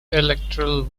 electoral